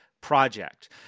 project